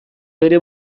bere